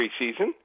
preseason